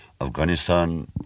Afghanistan